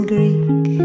Greek